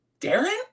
Darren